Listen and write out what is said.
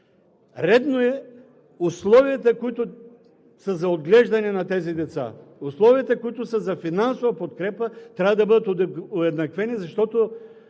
редно е условията, които са за отглеждане на тези деца, условията, които са за финансова подкрепа, трябва да бъдат уеднаквени, защото